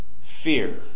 fear